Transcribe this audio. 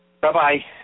Bye-bye